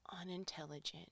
unintelligent